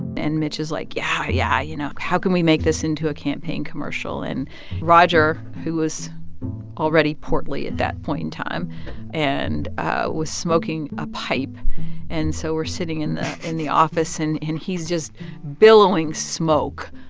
and mitch is, like, yeah, yeah. you know, how can we make this into a campaign commercial? and roger, who was already portly at that point in time and was smoking a pipe and so we're sitting in the in the office, and he's just billowing smoke.